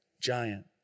giant